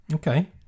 Okay